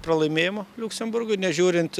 pralaimėjimo liuksemburgui nežiūrint